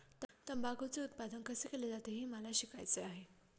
तंबाखूचे उत्पादन कसे केले जाते हे मला शिकायचे आहे